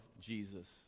Jesus